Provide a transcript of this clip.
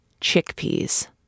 chickpeas